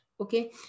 Okay